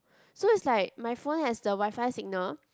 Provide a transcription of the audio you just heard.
so it's like my phone has the Wi-Fi signal